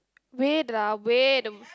wait lah wait